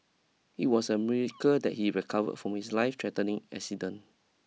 it was a miracle that he recovered from his lifethreatening accident